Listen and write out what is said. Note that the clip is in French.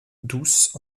douce